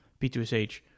P2SH